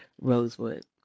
Rosewood